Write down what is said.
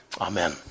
Amen